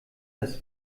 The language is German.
das